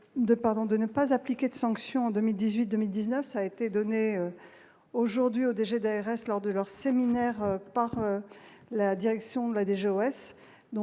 de ne pas appliquer de sanctions, en 2018, 2019 a été donné aujourd'hui au DG d'ARS lors de leur séminaire par la direction de la déjà